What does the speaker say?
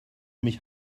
mich